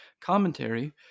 commentary